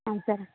సరే